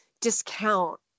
discount